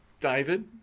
David